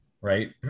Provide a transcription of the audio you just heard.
right